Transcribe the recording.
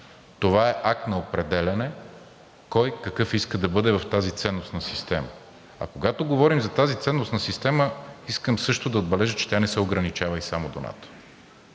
това е акт на определяне кой какъв иска да бъде в тази ценностна система. А когато говорим за тази ценностна система, искам също да отбележа, че тя не се ограничава и само до НАТО.